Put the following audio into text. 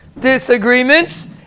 disagreements